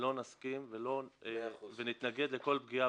לא נסכים ונתנגד לכל פגיעה